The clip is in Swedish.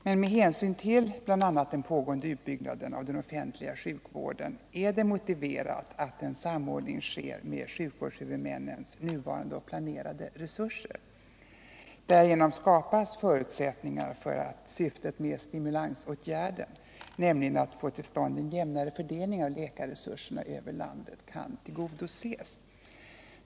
Men med hänsyn till bl.a. den pågående utbyggnaden av den offentliga sjukvården är det motiverat att en samordning sker med sjukvårdshuvudmännens nuvarande och planerade resurser. Därigenom skapas förutsättningar för att syftet med stimulansåtgärden — att få till stånd en jämnare fördelning av läkarresurserna över landet — kan tillgodoses.